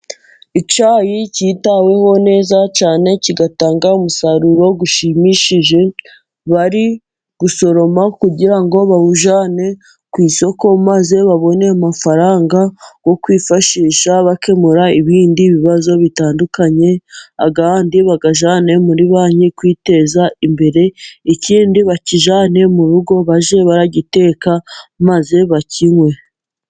Icyayi cyitaweho neza cyane kigatanga umusaruro ushimishije. Bari gusoroma kugira ngo bawujyane ku isoko, maze babone amafaranga yo kwifashisha bakemura ibindi bibazo bitandukanye, andi bayajyane muri banki kwiteza imbere. Ikindi bakijyane mu rugo, bajye baragiteka maze bakinywe.